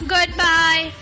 Goodbye